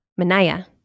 Manaya